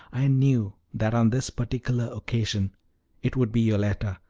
i knew that on this particular occasion it would be yoletta,